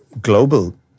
global